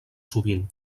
sovint